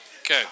Okay